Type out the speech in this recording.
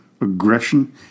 aggression